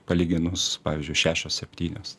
palyginus pavyzdžiui šešios septynios